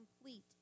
complete